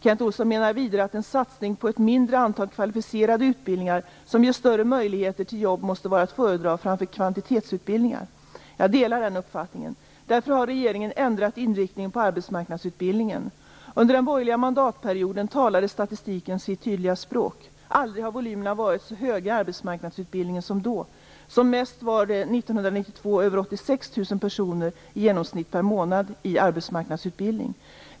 Kent Olsson menar vidare att en satsning på ett mindre antal kvalificerade utbildningar som ger större möjligheter till jobb måste vara att föredra framför kvantitetsutbildningar. Jag delar den uppfattningen. Därför har regeringen ändrat inriktningen på arbetsmarknadsutbildningen. Under den borgerliga mandatperioden talade statistiken sitt tydliga språk. Aldrig har volymerna varit så höga i arbetsmarknadsutbildningen som då. Som mest var 1992 över 86 000 personer i genomsnitt per månad i arbetsmarknadsutbildning.